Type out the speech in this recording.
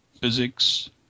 physics